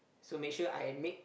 so make sure I make